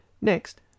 Next